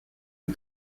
une